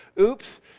oops